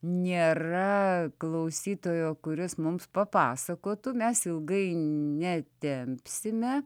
nėra klausytojo kuris mums papasakotų mes ilgai netempsime